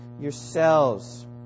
yourselves